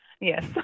Yes